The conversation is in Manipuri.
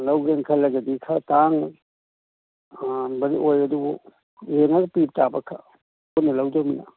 ꯂꯧꯒꯦꯅ ꯈꯜꯂꯒꯗꯤ ꯈꯔ ꯇꯥꯡꯅ ꯍꯥꯡꯕꯗꯤ ꯑꯣꯏ ꯑꯗꯨꯕꯨ ꯌꯦꯡꯉꯒ ꯄꯤꯕꯇꯥꯕ ꯈꯔ ꯄꯨꯟꯅ ꯂꯧꯗꯣꯏꯅꯤꯅ